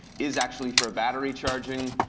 is actually for battery charging,